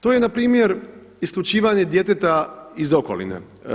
To je na primjer isključivanje djeteta iz okoline.